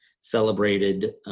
celebrated